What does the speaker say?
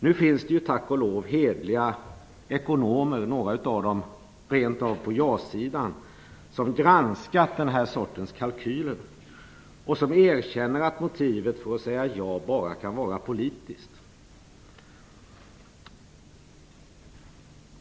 Nu finns det tack och lov hederliga ekonomer - några av dem finns rent av på ja-sidan - som har granskat den här sortens kalkyler och som erkänner att motivet för att säga ja bara kan vara politiskt.